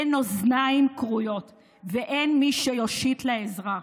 אין אוזניים כרויות ואין מי שיושיט לה עזרה.